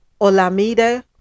olamide